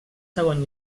segon